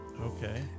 Okay